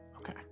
Okay